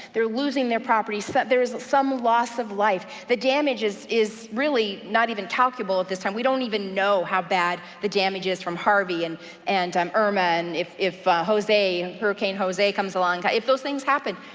they're losing their properties. there is some loss of life. the damage is is really not even calculable at this time. we don't even know how bad the damage is from harvey, and and um irma, and if if ah jose, hurricane jose comes along, if those things happen.